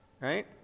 right